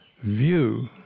view